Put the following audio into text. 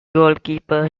goalkeeper